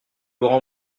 grand